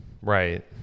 Right